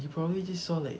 you probably just saw like